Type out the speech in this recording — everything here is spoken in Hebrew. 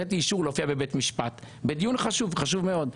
בשבילי אישור להופיע בבית משפט בדיון חשוב מאוד,